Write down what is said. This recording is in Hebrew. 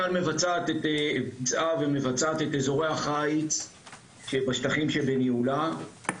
קק"ל ביצעה ומבצעת את אזורי החיץ בשטחים שבניהולה.